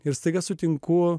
ir staiga sutinku